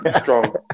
strong